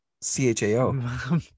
C-H-A-O